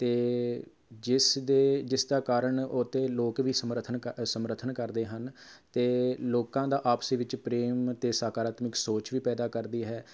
ਅਤੇ ਜਿਸ ਦੇ ਜਿਸ ਦਾ ਕਾਰਨ ਉੱਥੇ ਲੋਕ ਵੀ ਸਮਰਥਨ ਕ ਸਮਰਥਨ ਕਰਦੇ ਹਨ ਅਤੇ ਲੋਕਾਂ ਦਾ ਆਪਸ ਵਿੱਚ ਪ੍ਰੇਮ ਅਤੇ ਸਕਾਰਾਤਮਕ ਸੋਚ ਵੀ ਪੈਦਾ ਕਰਦੀ ਹੈ